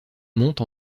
monte